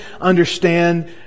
understand